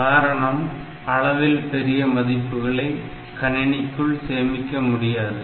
காரணம் அளவில் பெரிய மதிப்புகளை கணினிக்குள் சேமிக்க முடியாது